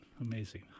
amazing